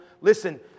listen